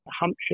Hampshire